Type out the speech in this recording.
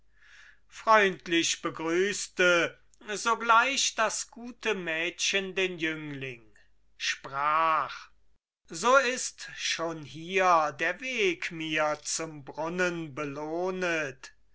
freundlich begrüßte sogleich das gute mädchen den jüngling sprach so ist schon hier der weg mir zum brunnen belohnet